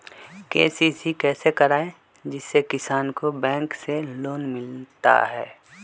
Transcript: KCC कैसे कराये जिसमे किसान को बैंक से लोन मिलता है?